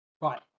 Right